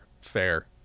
fair